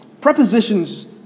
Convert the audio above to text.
Prepositions